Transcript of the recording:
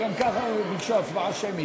גם ככה ביקשו הצבעה שמית.